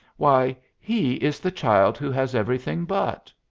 why, he is the child who has everything but